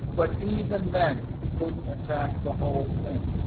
but even then he couldn't attack the whole thing.